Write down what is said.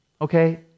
okay